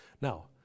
Now